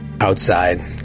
Outside